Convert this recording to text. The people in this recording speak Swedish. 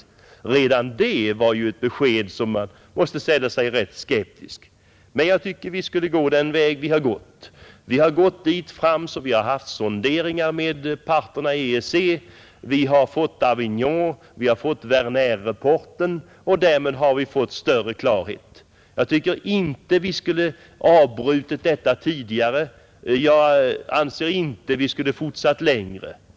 Redan det var ju ett besked som gjorde att man måste ställa sig rätt skeptisk. Jag har tyckt att vi skulle gå den väg vi har gått. Vi har gått så långt att vi har haft sonderingar med parterna i EEC, vi har fått Davignonoch Wemrnerrapporterna, och därmed har vi fått större klarhet. Jag tycker inte att vi skulle ha avbrutit överläggningarna tidigare, jag anser inte heller att vi skulle ha fortsatt längre.